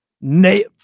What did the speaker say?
nay